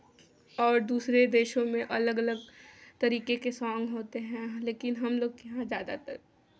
और दूसरे देशों में अलग अलग तरीके के सॉन्ग होते हैं लेकिन हम लोग के यहाँ ज़्यादातर